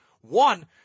One